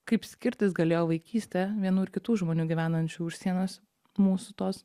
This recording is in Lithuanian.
kaip skirtis galėjo vaikystė vienų ir kitų žmonių gyvenančių už sienos mūsų tos